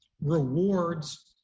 rewards